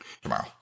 tomorrow